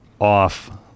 off